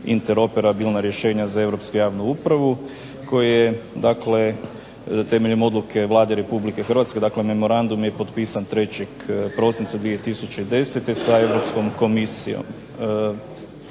interoperabilna rješenja za europsku javnu upravu, koji je dakle temeljem odluke Vlade Republike Hrvatske, dakle memorandum je potpisan 3. prosinca 2010. sa Europskom Komisijom,